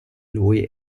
lui